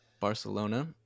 Barcelona